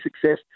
success